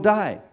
die